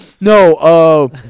No